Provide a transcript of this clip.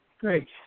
Great